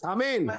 Amen